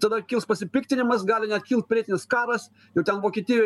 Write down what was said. tada kils pasipiktinimas gali net kilt pilietinis karas jau ten vokietijoj